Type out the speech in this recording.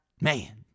Man